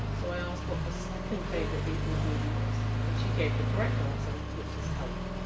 so i asked what her second favourite beatles movie was, and she gave the correct answer which is help!